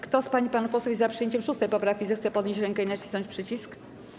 Kto z pań i panów posłów jest za przyjęciem 6. poprawki, zechce podnieść rękę i nacisnąć przycisk.